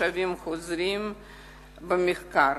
ותושבים חוזרים במחקר.